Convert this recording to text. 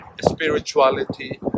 spirituality